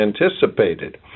anticipated